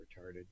retarded